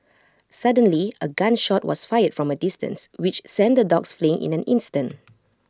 suddenly A gun shot was fired from A distance which sent the dogs fleeing in an instant